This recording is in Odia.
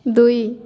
ଦୁଇ